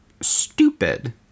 stupid